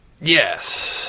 Yes